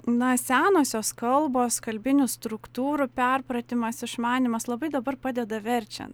na senosios kalbos kalbinių struktūrų perpratimas išmanymas labai dabar padeda verčiant